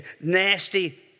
nasty